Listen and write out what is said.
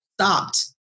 stopped